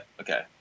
okay